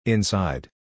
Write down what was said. Inside